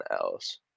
else